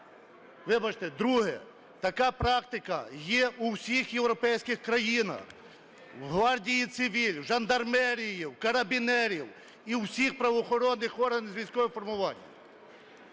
Вибачте. Друге. Така практика є у всіх європейських країнах. В гвардії civil, в жандармерії, карабінерів і у всіх правоохоронних органів з військових формувань.